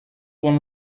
con